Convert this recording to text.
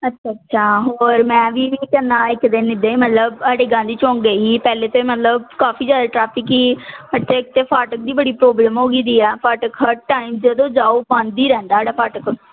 ਅੱਛਾ ਅੱਛਾ ਹੋਰ ਮੈਂ ਵੀ ਇਹੀ ਕਹਿੰਦਾ ਇੱਕ ਦਿਨ ਇੱਦਾਂ ਹੀ ਮਤਲਬ ਤੁਹਾਡੇ ਗਾਂਧੀ ਚੌਕ ਗਈ ਸੀ ਪਹਿਲੇ ਤਾਂ ਮਤਲਬ ਕਾਫੀ ਜ਼ਿਆਦਾ ਟਰੈਫਿਕ ਸੀ ਇੱਥੇ ਇੱਕ ਤਾਂ ਫਾਟਕ ਦੀ ਬੜੀ ਪ੍ਰੋਬਲਮ ਹੋ ਗਈ ਵੀ ਆ ਫਾਟਕ ਹਰ ਟਾਈਮ ਜਦੋਂ ਜਾਓ ਬੰਦ ਹੀ ਰਹਿੰਦਾ ਜਿਹੜਾ ਫਾਟਕ